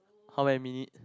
how many minute